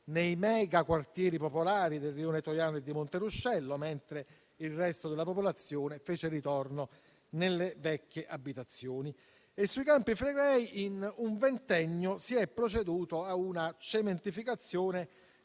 nei megaquartieri popolari del rione Toiano e di Monteruscello, mentre il resto della popolazione fece ritorno nelle vecchie abitazioni. Sui Campi Flegrei in un ventennio si è proceduto a una cementificazione